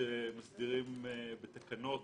שמסדירים בתקנות.